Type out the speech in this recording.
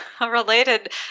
related